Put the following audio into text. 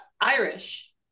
Irish